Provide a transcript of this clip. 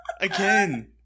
again